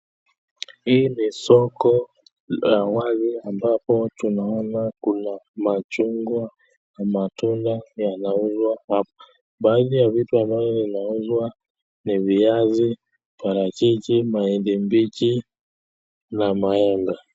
Hii ni siko la lazi ambapo tunaona kuna machunga na matunda yanauzwa hapa. Baadhi ya viatu ambavyo vinauzwa ni viazi, parachichi, mahindi mbichi na maembe.